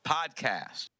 Podcast